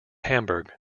hamburg